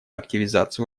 активизацию